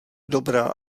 dobrá